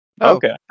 okay